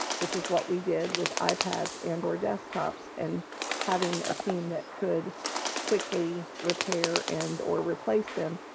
which is what we did with ipads and or desktops and having a team that could quickly repair and or replace them,